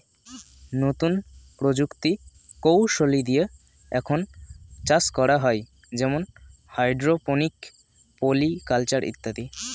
নতুন প্রযুক্তি কৌশলী দিয়ে এখন চাষ করা হয় যেমন হাইড্রোপনিক, পলি কালচার ইত্যাদি